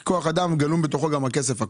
בתוך כוח אדם גלום גם הכסף.